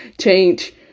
change